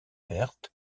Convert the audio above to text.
perth